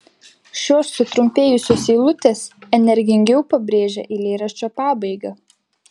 šios sutrumpėjusios eilutės energingiau pabrėžia eilėraščio pabaigą